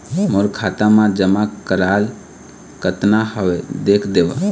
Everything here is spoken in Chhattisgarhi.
मोर खाता मा जमा कराल कतना हवे देख देव?